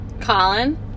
Colin